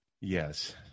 Yes